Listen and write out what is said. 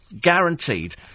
Guaranteed